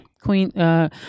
Queen